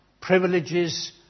privileges